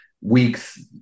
weeks